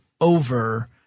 over